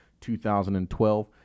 2012